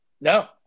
No